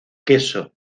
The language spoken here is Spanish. queso